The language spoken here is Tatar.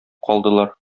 калдылар